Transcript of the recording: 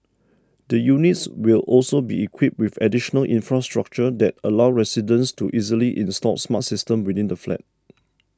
the units will also be equipped with additional infrastructure that allow residents to easily install smart systems within the flat